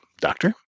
Doctor